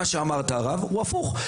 מה שאמרת הוא הפוך,